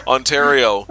Ontario